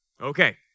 Okay